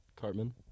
Cartman